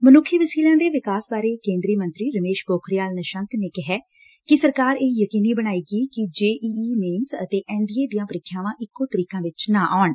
ਮਨੁੱਖੀ ਵਸੀਲਿਆ ਦੇ ਵਿਕਾਸ ਬਾਰੇ ਕੇਂਦਰੀ ਮੰਤਰੀ ਰਮੇਸ਼ ਪੋਖਰਿਆਲ ਨਿਸ਼ੰਕ ਨੇ ਕਿਹਾ ਕਿ ਸਰਕਾਰ ਇਹ ਯਕੀਨੀ ਬਣਾਏਗੀ ਕਿ ਜੇ ਈ ਈ ਅਤੇ ਐਨ ਡੀ ਏ ਦੀਆਂ ਪ੍ਰੀਖਿਆਵਾਂ ਇਕੋ ਤਰੀਕਾਂ ਵਿਚ ਨਾ ਆਉਣ